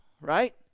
right